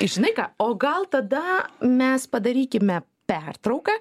žinai ką o gal tada mes padarykime pertrauką